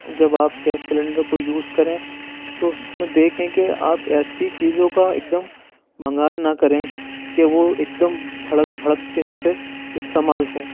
جب آپ gas cylinder کو یوز کریں تو اُس میں دیکھیں کہ آپ ایسی چیزوں کا ایک دم بھنگار نہ کریں کہ وہ ایک دم بھڑک بھڑک دینے سے استعمال ہوں